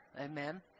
Amen